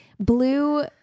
blue